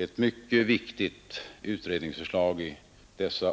Ett mycket viktigt utredningsförslag i dessa